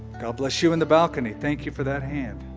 god bless you in the balcony. thank you for that hand.